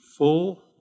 full